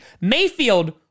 Mayfield